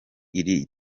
iri